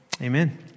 Amen